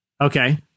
Okay